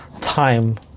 time